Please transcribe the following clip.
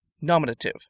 Nominative